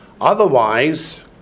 Otherwise